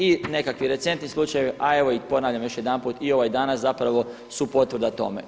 I nekakvi recentni slučajevi, a evo i ponavljam još jedanput i ovaj danas su potvrda tome.